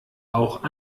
auch